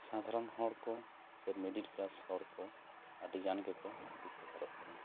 ᱥᱟᱫᱷᱟᱨᱚᱱ ᱦᱚᱲ ᱠᱚ ᱥᱮ ᱢᱤᱰᱤᱞ ᱠᱞᱟᱥ ᱦᱚᱲ ᱠᱚ ᱟᱹᱰᱤ ᱜᱟᱱ ᱜᱮᱠᱚ ᱩᱯᱚᱠᱟᱨᱚᱜ ᱠᱟᱱᱟ